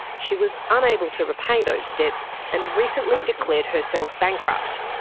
she was unable to repay those debts and recently declared herself bankrupt.